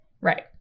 Right